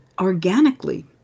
organically